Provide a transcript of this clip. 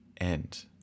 end